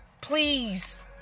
Please